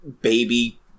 baby